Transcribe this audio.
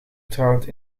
getrouwd